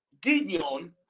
Gideon